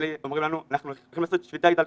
והם אומרים לנו שהם הולכים לעשות שביתה איטלקית.